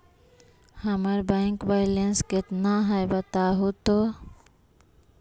हमर bank balance केतना है बताहु तो?